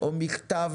או מכתב,